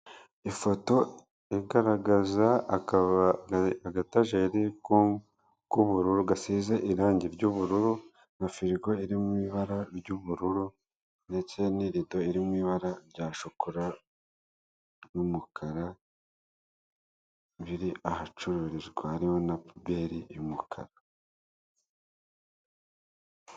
Ifoto igaragaza agatageri k'ubururu gasize irangi ry'ubururu na firigo iri mu ibara ry'ubururu ndetse n'irido iri mu ibara rya shokora n'umukara biri ahacururizwa harimo na puberi y'umukara.